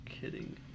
kidding